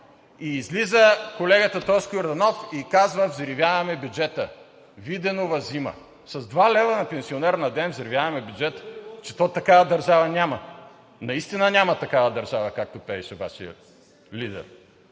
Излиза колегата Тошко Йорданов и казва: „взривяваме бюджета, Виденова зима“. С 2 лв. на ден на пенсионер взривяваме бюджета?! Че то такава държава няма! Наистина няма такава държава, както пееше Вашият лидер.